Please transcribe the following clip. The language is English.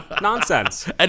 nonsense